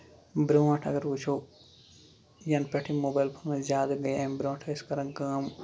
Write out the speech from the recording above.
برونٹھ اَگر وٕچھو ینہٕ پٮ۪ٹھ یِم موبایِل فون زیادٕ گٔے اَمہِ برونٹھ ٲسۍ کران کٲم